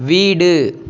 வீடு